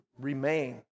remain